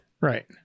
Right